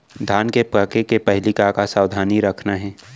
धान के पके के पहिली का का सावधानी रखना हे?